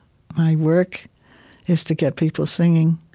my work is to get people singing,